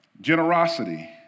generosity